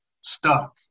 stuck